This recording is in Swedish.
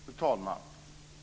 Fru talman!